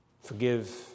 Forgive